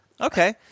Okay